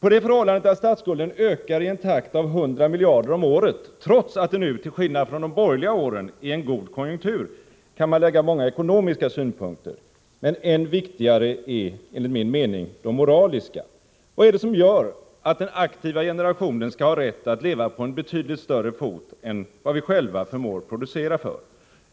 På det förhållandet att statsskulden ökar i en takt av 100 miljarder kronor om året, trots att det nu till skillnad från de borgerliga regeringsåren är en god konjunktur, kan man anföra många ekonomiska synpunkter. Men än viktigare är enligt min mening de moraliska synpunkterna. Vad är det som gör att den aktiva generationen skall ha rätt att leva på betydligt större fot än vad vi själva förmår producera för?